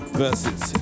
versus